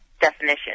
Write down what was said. definition